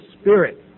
Spirit